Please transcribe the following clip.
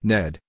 Ned